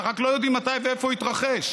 אנחנו רק לא יודעים מתי ואיפה הוא יתרחש,